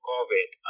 Covid